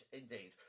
indeed